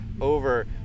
over